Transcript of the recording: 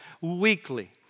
weekly